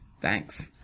thanks